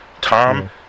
Tom